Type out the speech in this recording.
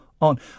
on